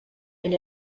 and